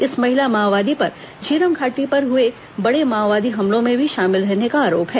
इस महिला माओवादी पर झीरम घाटी में हुए बड़े माओवादी हमलों में भी शामिल रहने का आरोप है